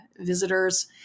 visitors